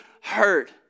hurt